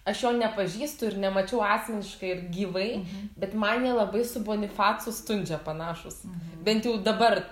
aš jo nepažįstu ir nemačiau asmeniškai ir gyvai bet man jie labai su bonifacu stundžia panašūs bent jau dabar